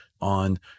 on